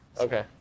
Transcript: Okay